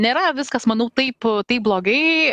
nėra viskas manau taip taip blogai